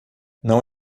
não